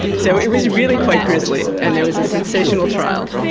so it was really quite grisly, and there was a sensational trial.